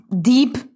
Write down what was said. Deep